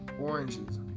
oranges